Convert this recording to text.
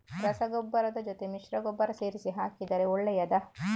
ರಸಗೊಬ್ಬರದ ಜೊತೆ ಮಿಶ್ರ ಗೊಬ್ಬರ ಸೇರಿಸಿ ಹಾಕಿದರೆ ಒಳ್ಳೆಯದಾ?